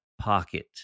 pocket